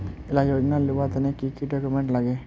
इला योजनार लुबार तने की की डॉक्यूमेंट लगे?